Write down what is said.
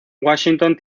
washington